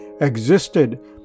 existed